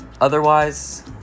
Otherwise